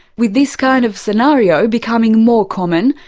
with this kind of scenario becoming more common,